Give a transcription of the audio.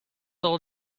all